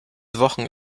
wochen